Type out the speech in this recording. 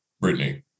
Brittany